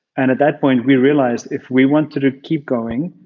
and at that point, we realized if we wanted to keep going,